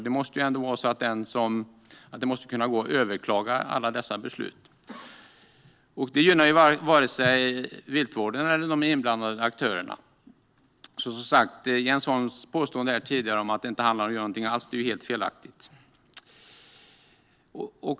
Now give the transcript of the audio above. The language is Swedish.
Det måste ändå kunna gå att överklaga alla dessa beslut. Varken viltvården eller de inblandade aktörerna gynnas av detta. Jens Holms påstående om att det handlar om att inte göra någonting alls är helt felaktigt.